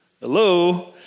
hello